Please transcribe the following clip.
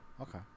okay